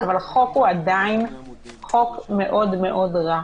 אבל החוק הוא עדיין חוק מאוד מאוד רע.